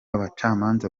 bacamanza